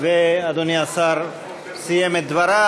אדוני השר סיים את דבריו.